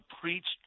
preached